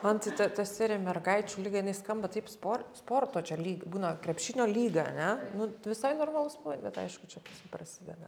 man tai ta ta serija mergaičių lyga jinai skamba taip spor sporto čia lyg būna krepšinio lyga a ne nu visai normalus bet aišku čia prasideda